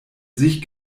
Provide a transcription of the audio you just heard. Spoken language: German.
sich